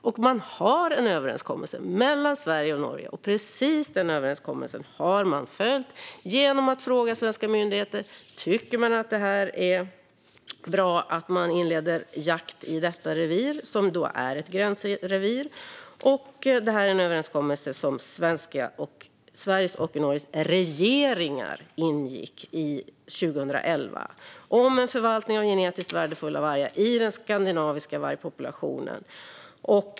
Det finns en överenskommelse mellan Sverige och Norge, och precis den överenskommelsen har man följt genom att fråga svenska myndigheter om de anser att det är bra att inleda jakt i detta revir - som är ett gränsrevir. Detta är en överenskommelse som Sveriges och Norges regeringar ingick 2011, det vill säga om en förvaltning av genetiskt värdefulla vargar i den skandinaviska vargpopulationen.